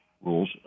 rules